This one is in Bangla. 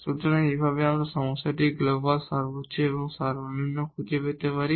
সুতরাং এই ভাবে আমরা সমস্যাটির গ্লোবাল ম্যাক্সিমা এবং মিনিমা খুঁজে পেতে পারি